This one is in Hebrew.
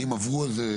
האם עברו על זה?